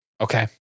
Okay